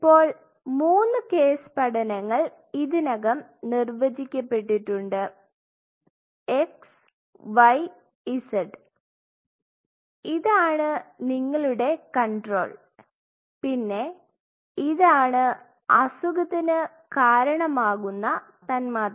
ഇപ്പോൾ മൂന്ന് കേസ് പഠനങ്ങൾ ഇതിനകം നിർവചിക്കപ്പെട്ടിട്ടുണ്ട് x y z ഇതാണ് നിങ്ങളുടെ കൺട്രോൾ പിന്നെ ഇതാണ് അസുഖത്തിന് കാരണമാകുന്ന തന്മാത്ര